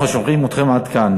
אנחנו שומעים אתכם עד כאן.